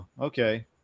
Okay